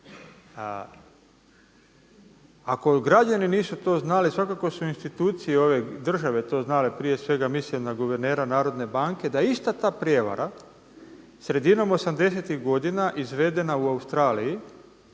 Ako građani nisu to znali svakako su to institucije ove države to znale, prije svega mislim na guvernera Narodne banke, da je ista ta prijevara sredinom osamdesetih godina izvedena u Australiji